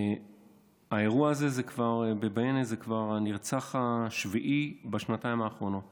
האירוע הזה בבענה זה כבר הנרצח השביעי בשנתיים האחרונות